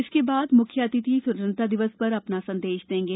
इसके बाद मुख्य अतिथि स्वतंत्रता दिवस पर अपना संदेश देंगे